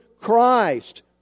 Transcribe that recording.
Christ